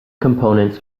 components